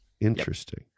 Interesting